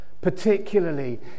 particularly